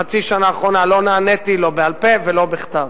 בחצי השנה האחרונה לא נעניתי, לא בעל-פה ולא בכתב.